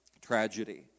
tragedy